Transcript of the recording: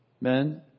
Men